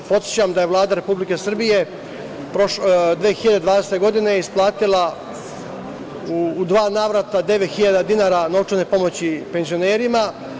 Podsećam da je Vlada Republike Srbije 2020. godine isplatila u dva navrata 9.000 dinara novčane pomoći penzionerima.